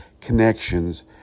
connections